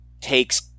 takes